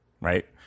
Right